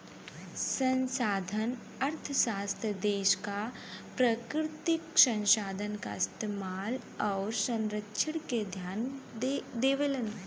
संसाधन अर्थशास्त्री देश क प्राकृतिक संसाधन क इस्तेमाल आउर संरक्षण पे ध्यान देवलन